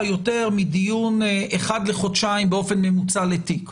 יותר מדיון אחד לחודשיים באופן ממוצע לתיק.